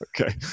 Okay